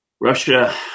Russia